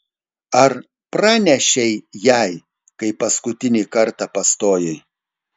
ar pranešei jai kai paskutinį kartą pastojai